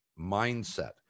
mindset